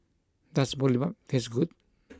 does Boribap taste good